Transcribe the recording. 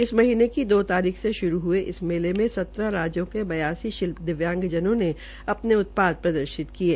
इस महीनें की दो तारीख से श्रू ह्ये इस मेले में सत्रह राज्यों के बयासी दिव्यांगजनों ने अपने उत्पाद प्रदर्शित किये